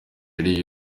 hari